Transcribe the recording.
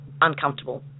uncomfortable